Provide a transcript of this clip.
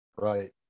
right